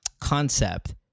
concept